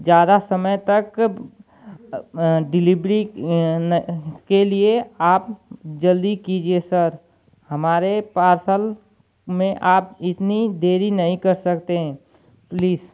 ज़्यादा समय तक डिलेवरी न के लिये आप जल्दी कीजिए सर हमारे पार्सल में आप इतनी देरी नहीं कर सकते हैं प्लीस